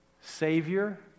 savior